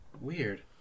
Weird